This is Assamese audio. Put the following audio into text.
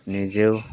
নিজেও